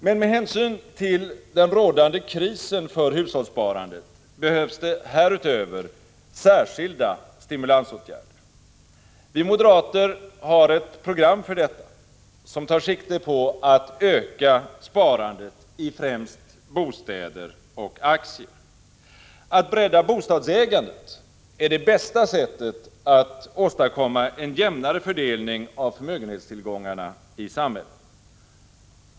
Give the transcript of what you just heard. Men med hänsyn till den rådande krisen för hushållssparandet behövs det härutöver särskilda stimulansåtgärder. Vi moderater har ett program för detta, som tar sikte på att öka sparandet i främst bostäder och aktier. Att bredda bostadsägandet är det bästa sättet att åstadkomma en jämnare fördelning av förmögenhetstillgångarna i samhället.